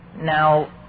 now